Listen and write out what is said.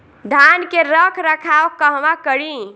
धान के रख रखाव कहवा करी?